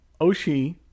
Oshi